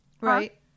right